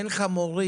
אין לך מורים?